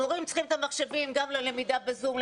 המורים צריכים את המחשבים גם ללמידה ב-זום,